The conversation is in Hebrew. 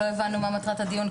לא הבנו מה מטרת הדיון,